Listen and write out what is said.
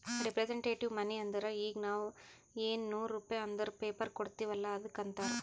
representative money ಅಂದುರ್ ಈಗ ನಾವ್ ಎನ್ ನೂರ್ ರುಪೇ ಅಂದುರ್ ಪೇಪರ್ ಕೊಡ್ತಿವ್ ಅಲ್ಲ ಅದ್ದುಕ್ ಅಂತಾರ್